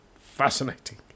Fascinating